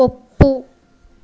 ಒಪ್ಪು